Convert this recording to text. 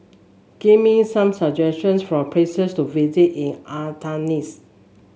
give me some suggestions for places to visit in Athens